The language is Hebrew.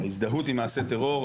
ההזדהות עם מעשה טרור,